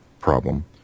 problem